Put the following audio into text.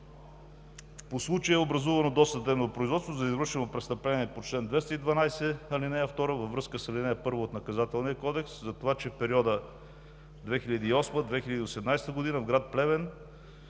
По случая е образувано досъдебно производство за извършено престъпление по чл. 212, ал. 2 във връзка с ал. 1 от Наказателния кодекс за това, че в периода 2008 – 2018 г. в град Плевен